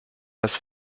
das